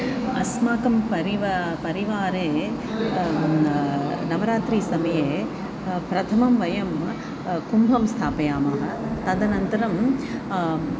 अस्माकं परिवारे परिवारे नवरात्रिसमये प्रथमं वयं कुम्भं स्थापयामः तदनन्तरम्